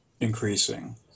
increasing